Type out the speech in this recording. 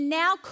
now